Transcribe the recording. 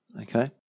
Okay